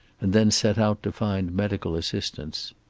and then set out to find medical assistance.